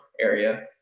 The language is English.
area